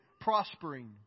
prospering